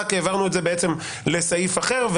רק העברנו את זה לסעיף אחר,